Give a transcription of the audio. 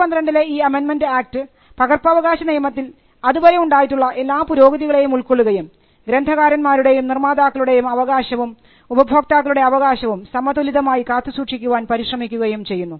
2012ലെ ഈ അമെൻമെൻറ് ആക്ട് പകർപ്പവകാശ നിയമത്തിൽ അതുവരെ ഉണ്ടായിട്ടുള്ള എല്ലാ പുരോഗതികളെയും ഉൾക്കൊള്ളുകയും ഗ്രന്ഥകാരന്മാരുടെയും നിർമ്മാതാക്കളുടേയും അവകാശവും ഉപഭോക്താക്കളുടെ അവകാശവും സമതുലിതമായി കാത്തുസൂക്ഷിക്കാൻ പരിശ്രമിക്കുകയും ചെയ്യുന്നു